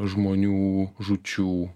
žmonių žūčių